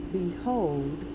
behold